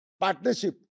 partnership